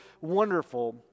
wonderful